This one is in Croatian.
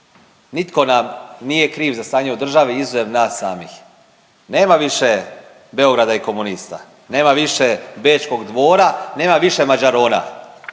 Nitko nam nije kriv za stanje u državi izuzev nas samih. Nema više Beograda i komunista, nema više Bečkog dvora, nema više Mađarona.